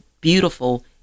beautiful